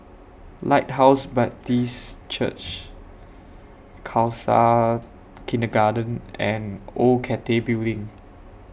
Lighthouse Baptist Church Khalsa Kindergarten and Old Cathay Building